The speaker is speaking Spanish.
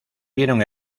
vieron